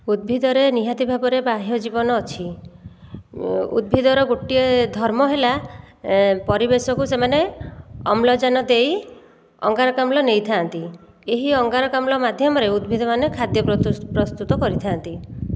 ଉଦ୍ଭିଦରେ ନିହାତି ଭାବରେ ବାହ୍ୟ ଜୀବନ ଅଛି ଉଦ୍ଭିଦର ଗୋଟିଏ ଧର୍ମ ହେଲା ପରିବେଶକୁ ସେମାନେ ଅମ୍ଳଜାନ ଦେଇ ଅଙ୍ଗାରକାମ୍ଳ ନେଇଥାନ୍ତି ଏହି ଅଙ୍ଗାରକାମ୍ଳ ମାଧ୍ୟମରେ ଉଦ୍ଭିଦମାନେ ଖାଦ୍ୟ ପ୍ରସ୍ତୁତ କରିଥାନ୍ତି